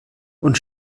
und